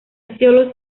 sólo